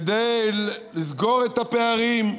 כדי לסגור את הפערים,